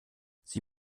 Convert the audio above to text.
sie